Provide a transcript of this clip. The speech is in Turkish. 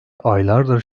aylardır